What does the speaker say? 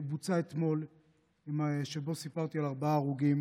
הוא בוצע אתמול ובו סיפרתי על ארבעה הרוגים.